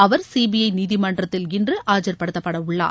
அவர் CBI நீதிமன்றத்தில் இன்று ஆஐர்படுத்தப்படவுள்ளார்